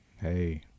Hey